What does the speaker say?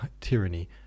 tyranny